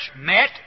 met